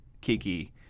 Kiki –